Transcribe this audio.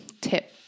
Tip